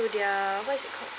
their what is it called